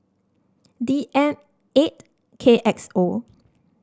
D M eight K X O